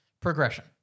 progression